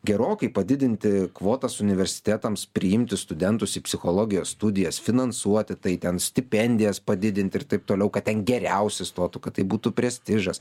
gerokai padidinti kvotas universitetams priimti studentus į psichologijos studijas finansuoti tai ten stipendijas padidinti ir taip toliau kad ten geriausi stotų kad tai būtų prestižas